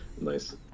Nice